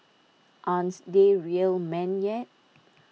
aren't they real men yet